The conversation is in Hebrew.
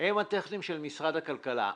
משרד הכלכלה,